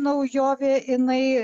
naujovė inai